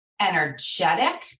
energetic